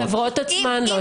החברות עצמן לא יסכימו.